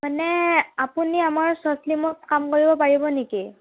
মানে আপুনি আমাৰ শ্বৰ্ট ফিল্মত কাম কৰিব পাৰিব নেকি